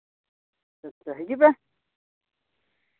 ᱟᱪᱪᱷᱟ ᱟᱪᱪᱷᱟ ᱦᱤᱡᱩᱜ ᱯᱮ